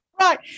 right